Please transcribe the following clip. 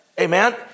Amen